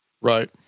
Right